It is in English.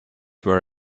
were